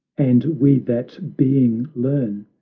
and we that being learn,